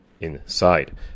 inside